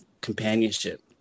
companionship